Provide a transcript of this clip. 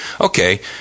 okay